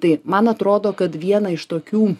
tai man atrodo kad viena iš tokių